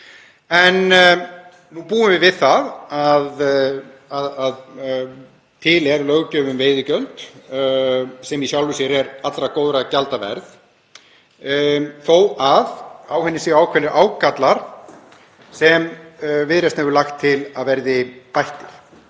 en nú búum við við það að til er löggjöf um veiðigjöld sem í sjálfu sér er góðra gjalda verð þó að á henni séu ákveðnir ágallar sem Viðreisn hefur lagt til að verði bættir.